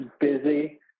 busy